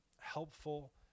helpful